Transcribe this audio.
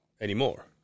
anymore